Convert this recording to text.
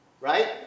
right